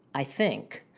i think.